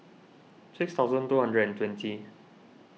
six thousand two hundred and twenty